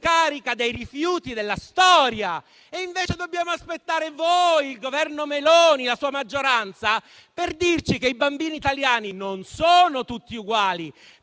discarica dei rifiuti della storia. Invece dobbiamo aspettare voi, il Governo Meloni, la sua maggioranza, per sentirci dire che i bambini italiani non sono tutti uguali: